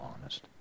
honest